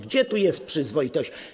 Gdzie tu jest przyzwoitość?